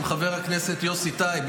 עם חבר הכנסת יוסי טייב,